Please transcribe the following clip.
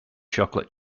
chocolate